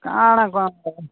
କାଣା